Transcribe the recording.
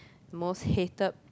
most hated